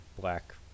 black